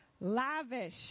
lavish